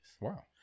Wow